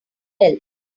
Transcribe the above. help